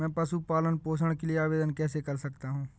मैं पशु पालन पोषण के लिए आवेदन कैसे कर सकता हूँ?